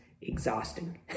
exhausting